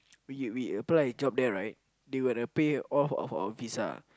we we apply a job there right they would have pay off of our pizza